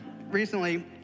Recently